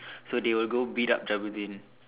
so they will go beat up Jabudeen